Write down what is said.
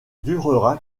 durera